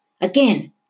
Again